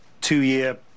two-year